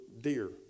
deer